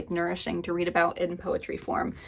nourishing to read about in poetry form,